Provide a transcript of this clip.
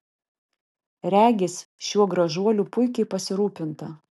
regis šiuo gražuoliu puikiai pasirūpinta